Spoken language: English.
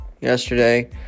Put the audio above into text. yesterday